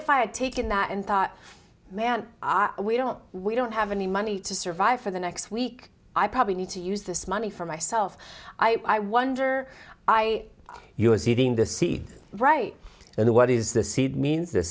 if i had taken that and thought man are we don't we don't have any money to survive for the next week i probably need to use this money for myself i wonder i use it in the seed right and what is the seed means the